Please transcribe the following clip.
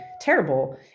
terrible